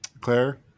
Claire